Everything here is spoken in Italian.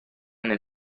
nel